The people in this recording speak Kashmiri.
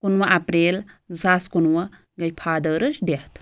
کُنوُہ اپریل زٕ ساس کُنوُہ گٔے فادٲرَس ڈِیٚتھ